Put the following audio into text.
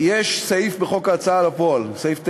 יש סעיף בחוק ההוצאה לפועל, סעיף 9(ב),